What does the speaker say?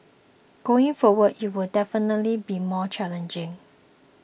going forward it will definitely be more challenging